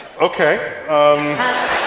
Okay